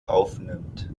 aufnimmt